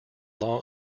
law